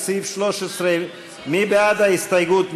לסעיף 13. מי בעד ההסתייגות?